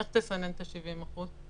איך תסנן את ה-70%?